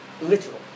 Literal